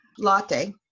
latte